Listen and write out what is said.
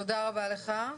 תודה רבה לך.